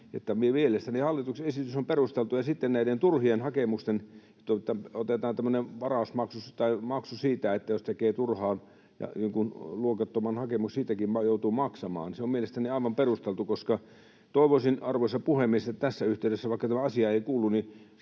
Että mielestäni hallituksen esitys on perusteltu. Ja sitten näiden turhien hakemusten osalta otetaan tämmöinen maksu: jos tekee turhaan ja jonkun luokattoman hakemuksen, siitäkin joutuu maksamaan. Se on mielestäni aivan perusteltua. Ja toivoisin, arvoisa puhemies, tässä yhteydessä — vaikka tämä asia ei tähän